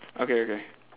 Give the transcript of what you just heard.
okay okay